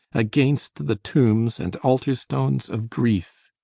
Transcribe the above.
against the tombs and altar-stones of greece,